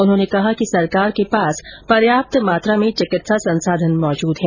उन्होंने कहा कि सरकार के पास पर्याप्त मात्रा में चिकित्सा संसाधन मौजूद है